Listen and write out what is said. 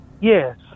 Yes